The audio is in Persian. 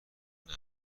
نحوه